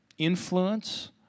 influence